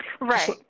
Right